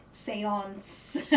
Seance